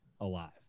alive